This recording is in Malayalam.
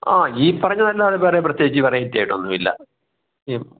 ആ ഈ പറഞ്ഞതല്ലാതെ വേറെ പ്രത്യേകിച്ച് വെറൈറ്റി ആയിട്ടൊന്നുമില്ല